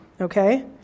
okay